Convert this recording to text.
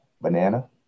banana